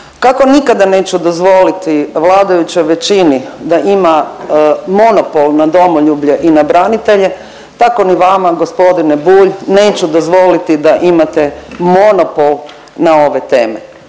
Kako nikada neću dozvoliti vladajućoj većini da ima monopol na domoljublje i na branitelje tako ni vama gospodine Bulj neću dozvoliti da imate monopol na ove teme.